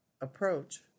approach